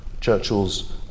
Churchill's